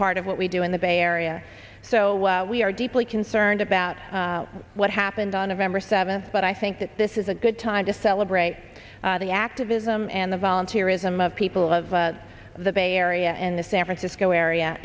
part of what we do in the bay area so we are deeply concerned about what happened on november seventh but i think that this is a good time to celebrate the activism and the volunteer ism of people of the bay area in the san francisco area